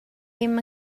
ddim